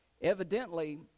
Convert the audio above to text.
Evidently